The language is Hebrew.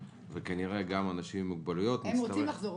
וכנראה גם אנשים עם מוגבלויות --- הם רוצים לחזור.